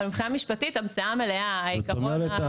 אבל מבחינה משפטית המצאה מלאה --- זאת אומרת,